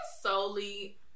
solely